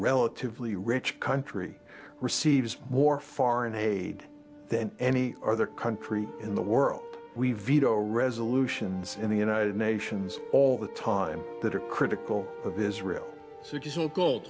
relatively rich country receives more foreign aid than any other country in the world we veto resolutions in the united nations all the time that are critical of israel